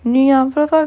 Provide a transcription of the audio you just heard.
நீ அவ்ளவா:nee avlavaa